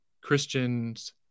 Christians